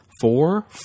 Four